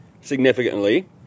significantly